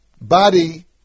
body